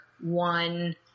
one